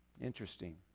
Interesting